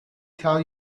tell